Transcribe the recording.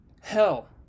Hell